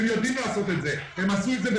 הם יודעים לעשות את זה, הם עשו את זה עם